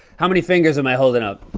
how many fingers am i holding up?